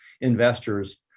investors